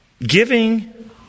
giving